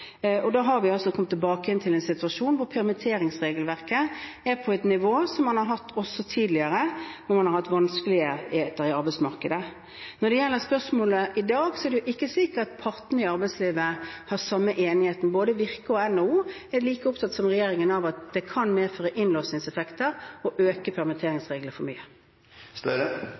og da har vi altså kommet tilbake igjen til en situasjon hvor permitteringsregelverket er på et nivå som man har hatt også tidligere når man har hatt vanskeligheter i arbeidsmarkedet. Når det gjelder spørsmålet: I dag er det jo ikke slik at partene i arbeidslivet har den samme enigheten. Både Virke og NHO er like opptatt som regjeringen av at det kan medføre innlåsingseffekter å øke